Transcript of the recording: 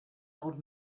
old